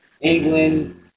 England